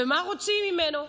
ומה רוצים ממנו,